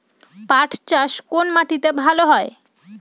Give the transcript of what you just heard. পাট চাষ কোন মাটিতে ভালো হয়?